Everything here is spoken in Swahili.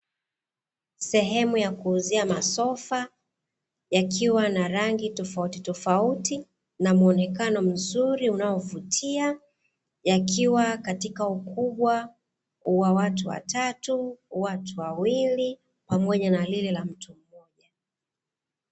Sehemu ya kuuzia masofa yakiwa na rangi tofautitofauti na mwonekano mzuri unaovutia; yakiwa katika ukubwa wa watu watatu, watu wawili pamoja na lile la mtu mmoja.